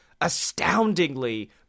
astoundingly